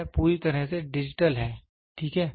तो यह पूरी तरह से डिजिटल है ठीक है